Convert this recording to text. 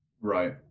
Right